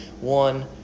one